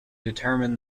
determine